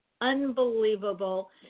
unbelievable